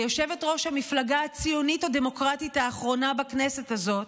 כיושבת-ראש המפלגה הציונית הדמוקרטית האחרונה בכנסת הזאת: